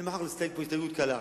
אני מוכרח להסתייג פה הסתייגות קלה,